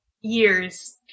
years